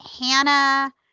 hannah